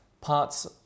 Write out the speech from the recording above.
parts